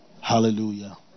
Hallelujah